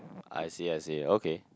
I see I see okay